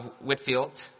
Whitfield